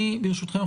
ברשותכם,